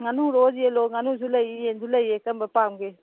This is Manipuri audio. ꯉꯥꯅꯨꯔꯣ ꯌꯦꯟꯂꯣ ꯉꯥꯅꯨꯁꯨ ꯂꯩ ꯌꯦꯟꯁꯨ ꯂꯩꯌꯦ ꯀꯔꯝꯕ ꯄꯥꯝꯒꯦ